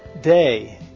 day